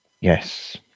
Yes